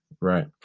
Right